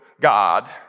God